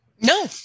No